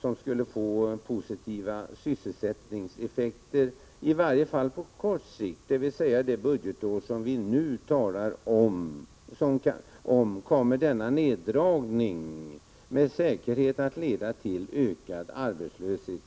som skulle få positiva sysselsättningseffekter, i varje fall på kort sikt — dvs. när det gäller det budgetår som vi nu talar om kommer en sådan här neddragning av den ekonomiska politiken med säkerhet att leda till ökad arbetslöshet.